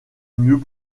mieux